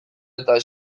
eta